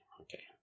Okay